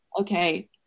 okay